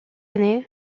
année